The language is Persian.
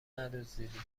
ندزدیدیم